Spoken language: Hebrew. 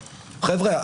חבר'ה,